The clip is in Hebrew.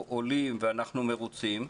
או עולים ואנחנו מרוצים,